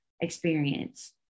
experience